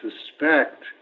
suspect